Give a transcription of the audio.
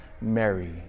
Mary